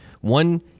one